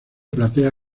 platea